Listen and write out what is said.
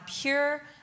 pure